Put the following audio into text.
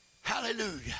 Hallelujah